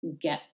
get